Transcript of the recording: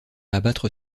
abattre